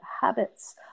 habits